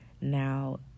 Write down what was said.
Now